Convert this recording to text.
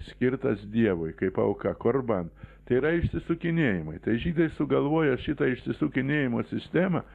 skirtas dievui kaip auka kur man tai yra išsisukinėjimai tai žydai sugalvojo šitą išsisukinėjimo sistemą